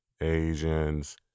Asians